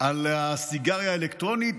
על הסיגריה האלקטרונית,